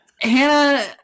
Hannah